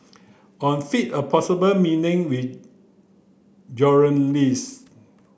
on feign a possible with